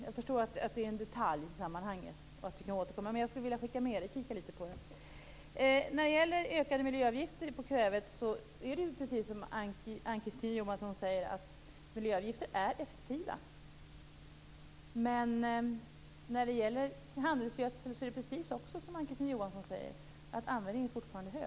Jag förstår att det är en detalj i sammanhanget och att vi kan återkomma, men jag skulle vilja skicka med uppmaningen att kika litet på det. När det gäller ökade miljöavgifter på kvävet är det precis som Ann-Kristine Johansson säger. Miljöavgifter är effektiva. När det gäller handelsgödsel är det också som Ann-Kristine Johansson säger. Användningen är fortfarande stor.